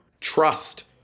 trust